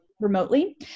remotely